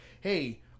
hey